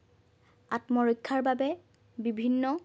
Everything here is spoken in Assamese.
আত্মৰক্ষাৰ বাবে বিভিন্ন